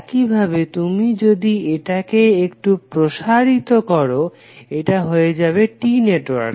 একইভাবে তুমি যদি এটাকে একটু প্রসারিত করো এটা হয়ে যাবে T নেটওয়ার্ক